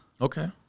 Okay